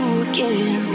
again